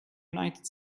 united